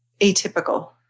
atypical